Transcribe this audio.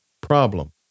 problem